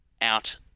out